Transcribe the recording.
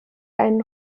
einen